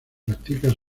practican